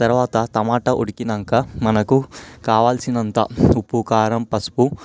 తర్వాత టమాటా ఉడికాక మనకు కావాల్సినంత ఉప్పు కారం పసుపు